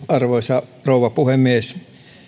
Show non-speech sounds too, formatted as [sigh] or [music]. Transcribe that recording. [unintelligible] arvoisa rouva puhemies